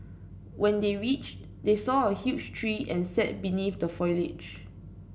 when they reached they saw a huge tree and sat beneath the foliage